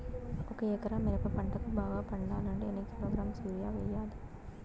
ఒక ఎకరా మిరప పంటకు బాగా పండాలంటే ఎన్ని కిలోగ్రామ్స్ యూరియ వెయ్యాలి?